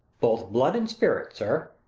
both blood and spirit, sir.